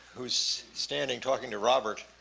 who's standing talking to robert,